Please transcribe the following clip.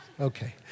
Okay